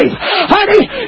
Honey